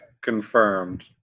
confirmed